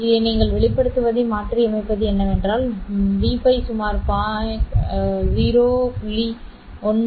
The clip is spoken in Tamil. இதை நீங்கள் வெளிப்படுத்துவதை மாற்றியமைப்பது என்னவென்றால் Vπ சுமார் 0